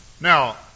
Now